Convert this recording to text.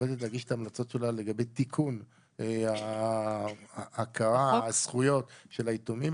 עומדת להגיש את ההמלצות שלה לגבי תיקון ההכרה והזכויות של היתומים,